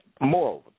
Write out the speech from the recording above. Moreover